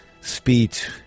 speech